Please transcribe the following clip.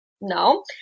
no